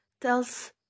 Tells